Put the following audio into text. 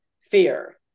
Fear